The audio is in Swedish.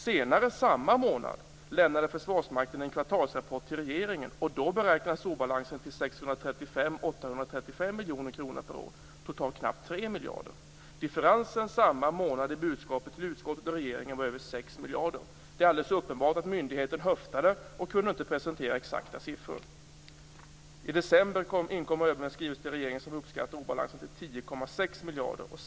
Senare samma månad lämnade Försvarsmakten en kvartalsrapport till regeringen, och då beräknades obalansen till 635-835 miljoner kronor per år, dvs. totalt knappt 3 miljarder. Differensen samma månad i budskapen till utskottet och regeringen var över 6 miljarder. Det är helt uppenbart att myndigheten höftade och inte kunde presentera exakta siffror. I december inkom ÖB med en skrivelse till regeringen som uppskattade obalansen till 10,6 miljarder kronor.